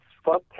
Fuck